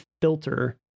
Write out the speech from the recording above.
filter